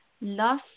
love